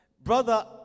Brother